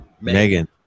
Megan